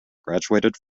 graduated